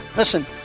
Listen